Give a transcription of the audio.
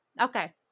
Okay